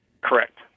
Correct